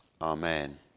Amen